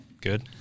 Good